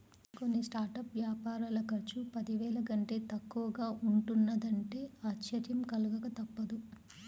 కొన్ని స్టార్టప్ వ్యాపారాల ఖర్చు పదివేల కంటే తక్కువగా ఉంటున్నదంటే ఆశ్చర్యం కలగక తప్పదు